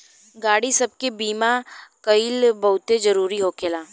गाड़ी सब के बीमा कइल बहुते जरूरी होखेला